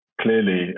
clearly